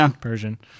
Persian